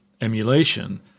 emulation